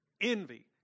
Envy